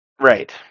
Right